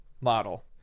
model